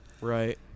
Right